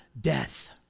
death